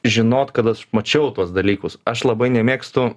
žinot kad aš mačiau tuos dalykus aš labai nemėgstu